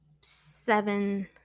seven